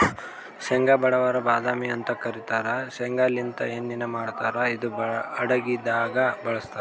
ಶೇಂಗಾ ಬಡವರ್ ಬಾದಾಮಿ ಅಂತ್ ಕರಿತಾರ್ ಶೇಂಗಾಲಿಂತ್ ಎಣ್ಣಿನು ಮಾಡ್ತಾರ್ ಇದು ಅಡಗಿದಾಗ್ ಬಳಸ್ತಾರ್